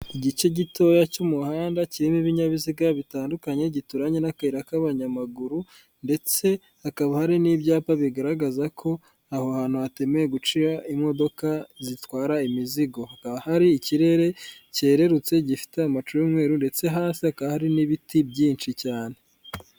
Igice gitoya cy'umuhanda kirimo ibinyabiziga bitandukanye gituranye n'akayira k'abanyamaguru, ndetse hakaba hari n'ibyapa bigaragaza ko aho hantu hatemewe guca imodoka zitwara imizigo. Hakaba hari ikirere cyererutse gifite amacu y'umweru ndetse hasi hakaba hari n'ibiti byinshi cyane.